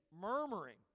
murmuring